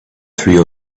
through